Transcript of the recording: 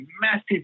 massive